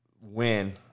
win